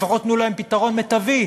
לפחות תנו להם פתרון מיטבי.